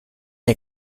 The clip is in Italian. dei